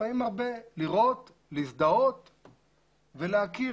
באים הרבה לראות, להזדהות ולהכיר.